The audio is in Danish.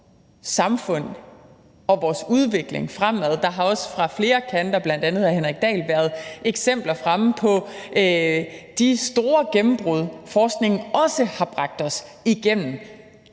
samfund og vores udvikling fremad. Der har også fra flere kanter, bl.a. fra hr. Henrik Dahl, været eksempler fremme på de store gennembrud, forskningen også har bragt os igennem.